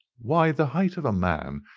why, the height of a man,